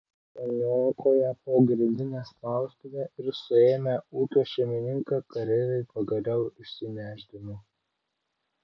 suniokoję pogrindinę spaustuvę ir suėmę ūkio šeimininką kareiviai pagaliau išsinešdino